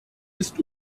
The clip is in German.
ist